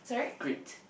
greet